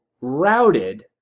routed